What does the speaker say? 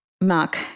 Mark